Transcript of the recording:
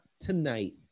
tonight